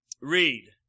Read